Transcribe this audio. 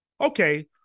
Okay